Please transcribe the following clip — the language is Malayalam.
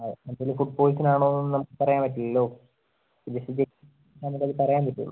നമുക്ക് ഇത് ഫുഡ് പോയ്സൺ ആണൊന്നൊന്നും പറയാൻ പറ്റില്ലല്ലോ ഇഞ്ചക്ഷൻ ചെയ്തിട്ടെ ഞങ്ങൾക്കത് പറയാൻ പറ്റുള്ളൂ